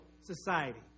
society